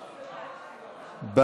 אני הצבעתי בעד,